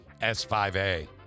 S5A